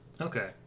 Okay